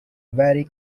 vary